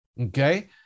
okay